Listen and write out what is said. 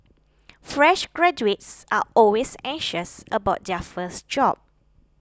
fresh graduates are always anxious about their first job